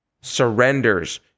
surrenders